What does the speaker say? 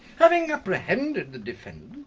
having apprehended the defendant,